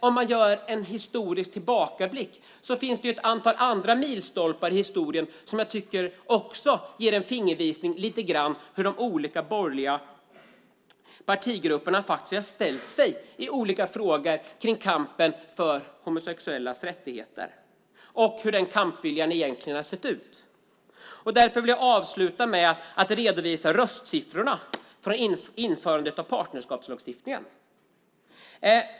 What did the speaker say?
Om man gör en historisk tillbakablick finns det ett antal andra milstolpar i historien som också lite grann ger en fingervisning om hur de olika borgerliga partigrupperna har ställt sig i olika frågor när det gäller kampen för homosexuellas rättigheter och hur den kampviljan egentligen har sett ut. Därför vill jag redovisa röstsiffrorna vid införandet av partnerskapslagstiftningen.